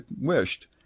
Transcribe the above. wished